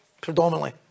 predominantly